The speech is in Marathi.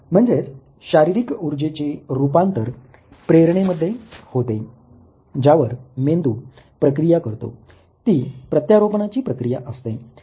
म्हणजेच शारीरिक उर्जेचे रुपांतर प्रेरणे मध्ये होते ज्यावर मेंदू प्रक्रिया करतो ती प्रत्यारोपणाची प्रक्रिया असते